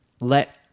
let